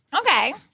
Okay